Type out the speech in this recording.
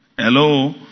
hello